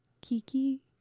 Kiki